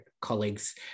colleagues